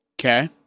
Okay